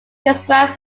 described